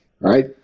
Right